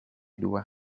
due